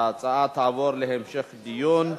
התשע"ב 2012,